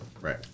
right